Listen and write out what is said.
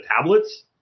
tablets